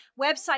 website